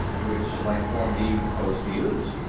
which life-form do you propose to use?